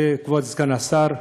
וכבוד סגן השר פרוש,